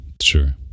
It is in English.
Sure